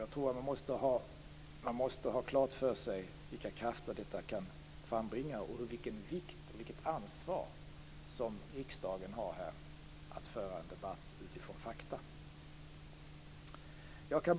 Jag tror att man måste ha klart för sig vilka krafter detta kan frambringa och vilken vikt och vilket ansvar som riksdagen har att föra en debatt utifrån fakta.